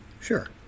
Sure